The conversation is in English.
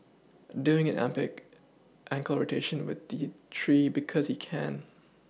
doing an epic ankle rotation with the tree because he can